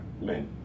men